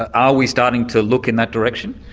are we starting to look in that direction?